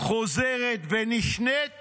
חוזרת ונשנית